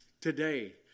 today